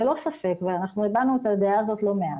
ללא ספק ואנחנו הבענו את הדעה הזו לא מעט.